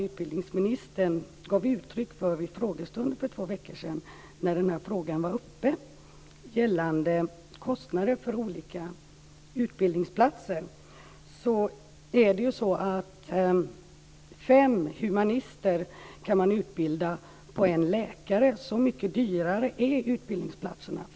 Ubildningsministern gav uttryck för osäkerhet i frågestunden för två veckor sedan när det ställdes en fråga om kostnader för olika utbildningsplatser. Man kan utbilda fem humanister för samma kostnad som för en läkare. Så mycket dyrare är läkarnas utbildningsplatser.